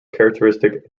characteristic